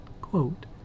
Quote